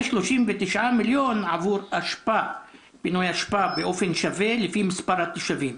החלק השני עומד על 39 מיליון לפינוי אשפה באופן שווה לפי מספר התושבים.